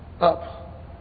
up